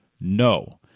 No